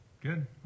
good